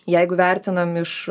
jeigu vertinam iš